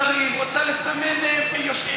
רוצה לסמן מוצרים, רוצה לסמן מתיישבים.